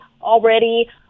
already